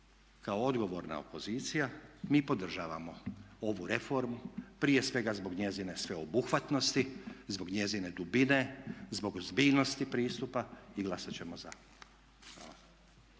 kao odgovorna opozicija mi podržavamo ovu reformu prije svega zbog njezine sveobuhvatnosti, zbog njezine dubine, zbog ozbiljnosti pristupa i glasat ćemo za.